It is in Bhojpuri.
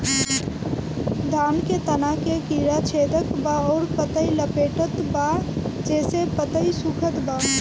धान के तना के कीड़ा छेदत बा अउर पतई लपेटतबा जेसे पतई सूखत बा?